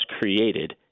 created